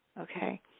okay